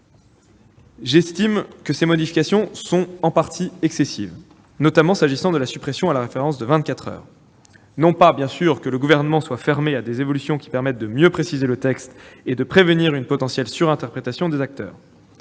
J'estime que ces modifications sont en partie excessives, notamment s'agissant de la suppression du délai de vingt-quatre heures. Le Gouvernement n'est pas fermé à des évolutions qui permettent de mieux préciser le texte et de prévenir une potentielle surinterprétation des acteurs,